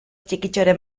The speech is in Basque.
txikitxoren